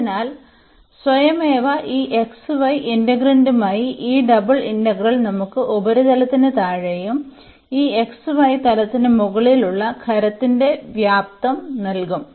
അതിനാൽ സ്വയമേവ ഈ xy ഇന്റഗ്രാൻഡുമായി ഈ ഡബിൾ ഇന്റഗ്രൽ നമുക്ക് ഉപരിതലത്തിനു താഴെയും ഈ xy തലത്തിനു മുകളിലുമുള്ള ഖരത്തിന്റെ വ്യാപ്തം നൽകും